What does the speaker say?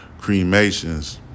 cremations